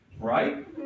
right